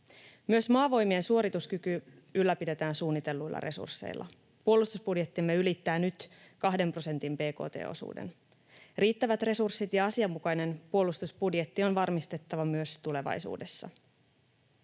Myös Maavoimien suorituskyky ylläpidetään suunnitelluilla resursseilla. Puolustusbudjettimme ylittää nyt 2 prosentin bkt-osuuden. Riittävät resurssit ja asianmukainen puolustusbudjetti on varmistettava myös tulevaisuudessa.